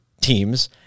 teams